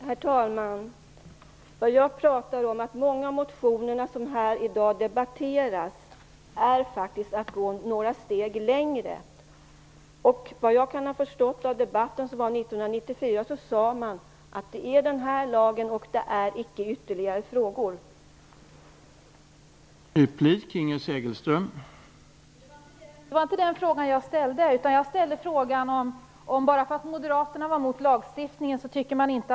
Herr talman! Vad jag sade var att förslagen i många av de motioner som debatteras här i dag innebär att vi skulle gå några steg längre. Men efter vad jag har förstått sades det i debatten 1994 att det handlade om den här lagen och inga ytterligare frågor därutöver.